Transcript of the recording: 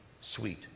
sweet